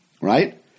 right